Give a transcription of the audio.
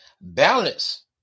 balance